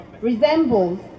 resembles